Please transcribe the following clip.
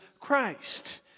Christ